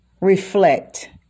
reflect